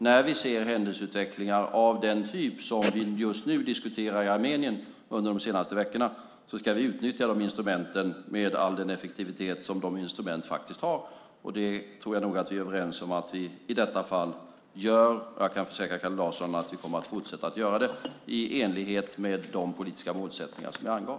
När vi ser händelseutvecklingar av den typ som vi just nu diskuterar i Armenien under de senaste veckorna ska vi utnyttja de instrumenten med all den effektivitet de har. Jag tror att vi är överens om att vi också gör det i detta fall. Jag kan försäkra Kalle Larsson att vi kommer att fortsätta att göra det i enlighet med de politiska målsättningar som jag angav.